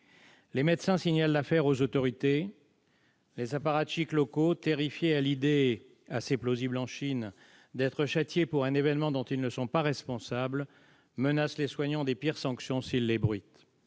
Les médecins signalent l'affaire aux autorités. Les apparatchiks locaux, terrifiés à l'idée, assez plausible en Chine, d'être châtiés pour un événement dont ils ne sont pas responsables, menacent les soignants des pires sanctions s'ils l'ébruitent.